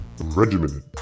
Regimented